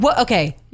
Okay